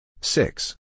Six